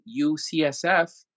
UCSF